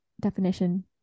definition